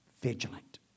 vigilant